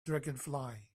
dragonfly